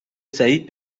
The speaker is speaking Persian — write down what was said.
سعید